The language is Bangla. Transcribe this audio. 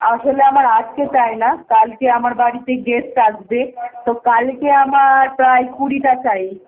আসলে আমার আজকে চাই না কালকে আমার বাড়িতে গেস্ট আসবে তো কালকে আমার প্রায় কুড়িটা চাই